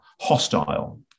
hostile